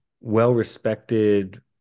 well-respected